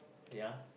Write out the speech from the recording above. yeah